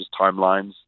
timelines